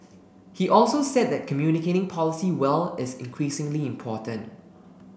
he also said that communicating policy well is increasingly important